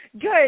good